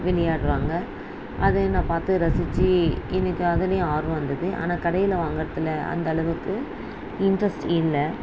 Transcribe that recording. விளையாடுவாங்க அதை நான் பார்த்து ரசிச்சு எனக்கு அதுலையும் ஆர்வம் இருந்தது ஆனால் கடையில் வாங்குறதில் அந்த அளவுக்கு இன்ட்ரஸ்ட் இல்லை